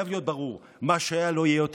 "הזאת חייב להיות ברור: מה שהיה, לא יהיה עוד".